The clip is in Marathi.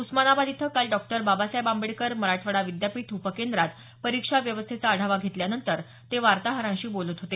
उस्मानाबाद इथं काल डॉक्टर बाबासाहेब आंबेडकर मराठवाडा विद्यापीठ उपकेंद्रात परीक्षा व्यवस्थेचा आढावा घेतल्यानंतर ते वार्ताहरांशी बोलत होते